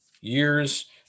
years